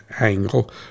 angle